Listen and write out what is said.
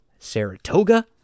Saratoga